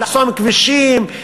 לחסום כבישים,